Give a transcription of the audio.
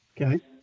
Okay